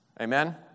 Amen